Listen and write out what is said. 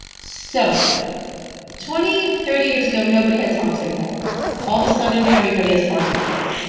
so twenty thirty years ago, nobody had toxic mold. all of a sudden, everybody has toxic mold.